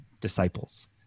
disciples